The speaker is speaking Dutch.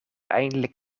eindelijk